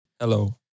Hello